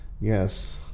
yes